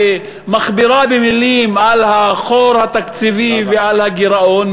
ומכבירה מילים על החור התקציבי ועל הגירעון,